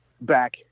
back